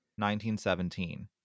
1917